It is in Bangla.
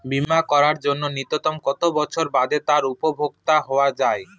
বীমা করার জন্য ন্যুনতম কত বছর বাদে তার উপভোক্তা হওয়া য়ায়?